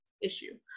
issue